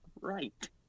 right